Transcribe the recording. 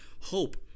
hope